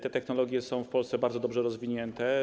Te technologie są w Polsce bardzo dobrze rozwinięte.